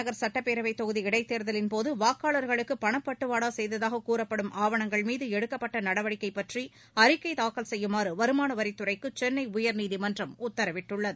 நகர் சுட்டப்பேரவைத் தொகுதி இடைத் தேர்தலின் போது வாக்காளர்களுக்கு ஆர்கே பணப்பட்டுவாடா செய்ததாகக் கூறப்படும் ஆவணங்கள் மீது எடுக்கப்பட்ட நடவடிக்கை பற்றி அறிக்கை தாக்கல் செய்யுமாறு வருமானவரித் துறைக்கு சென்னை உயர்நீதிமன்றம் உத்தரவிட்டுள்ளது